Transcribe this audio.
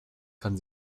kann